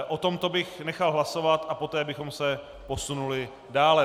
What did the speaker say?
O tomto bych nechal hlasovat a poté bychom se posunuli dále.